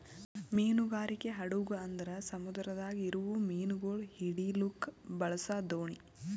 ಮೀನುಗಾರಿಕೆ ಹಡಗು ಅಂದುರ್ ಸಮುದ್ರದಾಗ್ ಇರವು ಮೀನುಗೊಳ್ ಹಿಡಿಲುಕ್ ಬಳಸ ದೋಣಿ